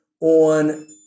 on